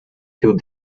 two